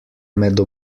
med